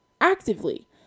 actively